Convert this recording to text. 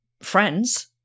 friends